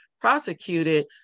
prosecuted